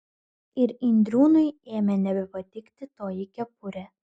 ir indriūnui ėmė nebepatikti toji kepurė